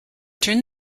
turn